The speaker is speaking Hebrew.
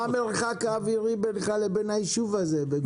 מה המרחק האווירי בינך לבין היישוב הזה?